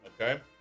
Okay